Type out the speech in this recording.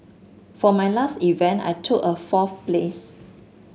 for my last event I took a fourth place